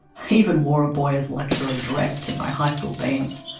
i even wore a boyer lecturer's dress to my high school dance.